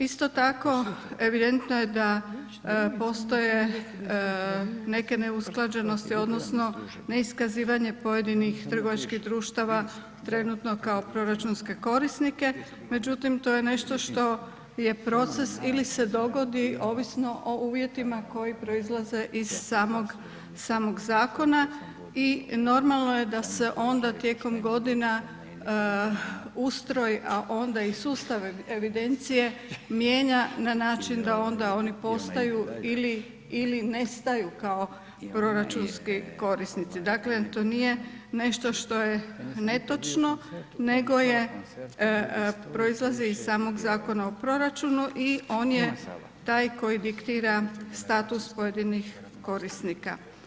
Isto tako evidentno je da postoje neke neusklađenosti odnosno ne iskazivanje pojedinih trgovačkih društava trenutno kao proračunske korisnike, međutim to je nešto što je proces ili se dogodi ovisno o uvjetima koji proizlaze iz samog, samog zakona i normalno je da se onda tijekom godina ustroji, a onda i sustav evidencije mijenja na način da onda oni postaju ili, ili nestaju kao proračunski korisnici, dakle to nije nešto što je netočno nego je, proizlazi iz samog Zakona o proračunu i on je taj koji diktira status pojedinih korisnika.